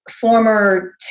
former